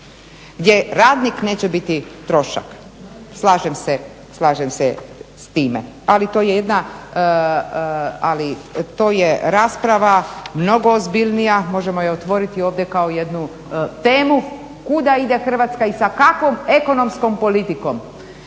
gdje radnik neće biti trošak. Slažem se s time, ali to je jedna, to je rasprava mnogo ozbiljnija. Možemo je otvoriti ovdje kao jednu temu kuda ide Hrvatska i sa kakvom ekonomskom politikom.